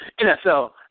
NFL